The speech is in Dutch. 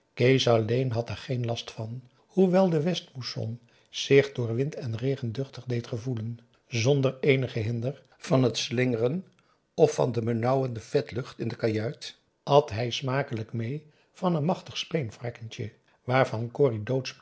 kees alleen had er geen last van hoewel de westmousson zich door wind en regen duchtig deed gevoelen zonder eenigen hinder van het slingeren of van de benauwende vetlucht in de kajuit at hij smakelijk meê van een machtig speenvarkentje waarvan